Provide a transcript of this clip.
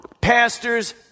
pastors